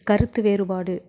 கருத்து வேறுபாடு